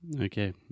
Okay